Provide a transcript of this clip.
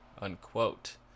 Unquote